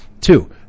Two